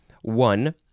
One